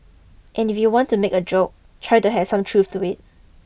and if you do want to make a joke try to have some truth to it